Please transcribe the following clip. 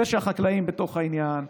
זה שהחקלאים בתוך העניין,